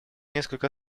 несколько